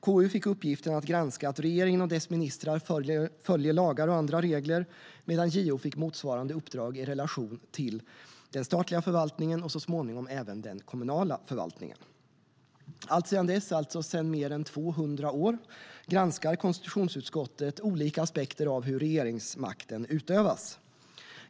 KU fick uppgiften att granska att regeringen och dess ministrar följer lagar och andra regler, medan JO fick motsvarande uppdrag i relation till den statliga förvaltningen och så småningom även den kommunala förvaltningen. Sedan mer än 200 år granskar konstitutionsutskottet olika aspekter av hur regeringsmakten utövas.